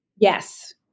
Yes